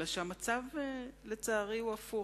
אלא שהמצב לצערי הוא הפוך,